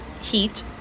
heat